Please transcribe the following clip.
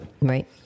Right